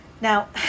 Now